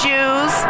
Jews